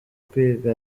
kwiga